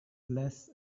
less